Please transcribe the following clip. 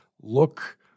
Look